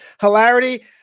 hilarity